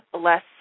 less